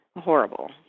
horrible